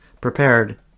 Prepared